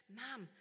ma'am